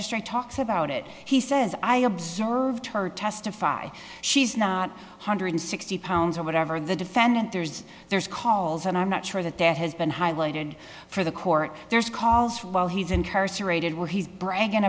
magistrate talks about it he says i observed her testify she's not hundred sixty pounds or whatever the defendant there's there's calls and i'm not sure that that has been highlighted for the court there's calls for while he's incarcerated where he's bragging